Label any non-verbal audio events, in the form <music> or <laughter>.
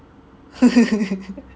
<laughs>